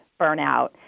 burnout